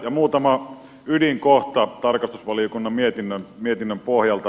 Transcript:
ja muutama ydinkohta tarkastusvaliokunnan mietinnön pohjalta